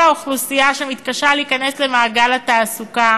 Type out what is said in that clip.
כל אוכלוסייה שמתקשה להיכנס למעגל התעסוקה